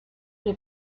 lui